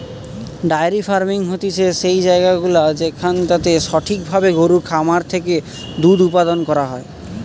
diary farming হতিছে সেই জায়গাগুলা যেখানটাতে সঠিক ভাবে গরুর খামার থেকে দুধ উপাদান করা হয়